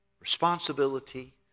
responsibility